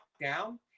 down